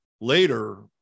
later